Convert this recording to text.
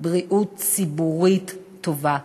בריאות ציבורית טובה,